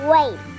Wait